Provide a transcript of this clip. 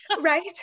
Right